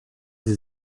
sie